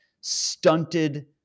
stunted